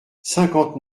cinquante